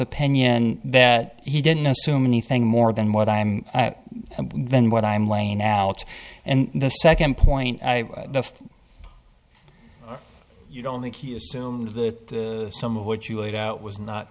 opinion that he didn't assume anything more than what i'm what i'm laying out and the second point you don't think some of what you laid out was not